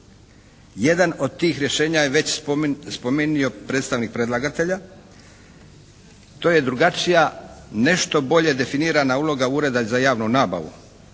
Jedan od tih rješenja je već spomenio predstavnik predlagatelja. To je drugačija, nešto bolje definirana uloga Ureda za javnu nabavu